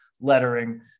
lettering